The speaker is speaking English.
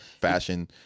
Fashion